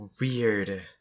weird